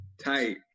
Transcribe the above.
tight